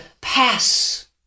pass